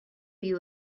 you